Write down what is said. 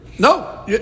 No